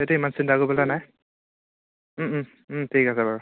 এতিয়া ইমান চিন্তা কৰিব লগা নাই ঠিক আছে বাৰু